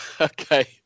Okay